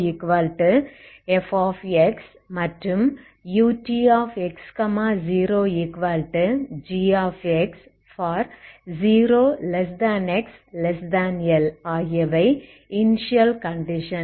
ux0fx மற்றும் utx0g for 0xLஆகியவை initial conditions